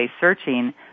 searching